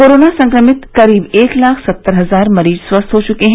corona संक्रमित करीब एक लाख सत्तर हजार मरीज स्वस्थ हो चुके हैं